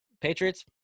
Patriots